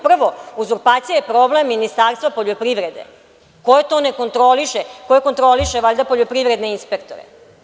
Prvo, uzurpacija je problem Ministarstva poljoprivrede koje to ne kontroliše, koje kontroliše valjda poljoprivredne inspektore.